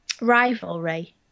rivalry